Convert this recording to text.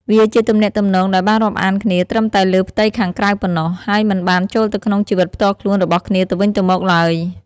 វាជាទំនាក់ទំនងដែលបានរាប់អានគ្នាត្រឹមតែលើផ្ទៃខាងក្រៅប៉ុណ្ណោះ ហើយមិនបានចូលទៅក្នុងជីវិតផ្ទាល់ខ្លួនរបស់គ្នាទៅវិញទៅមកឡើយ។